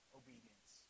obedience